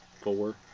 four